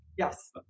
Yes